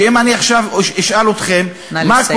שאם אני עכשיו אשאל אתכם, נא לסיים.